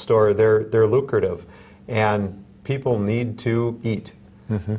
store they're there lucrative and people need to eat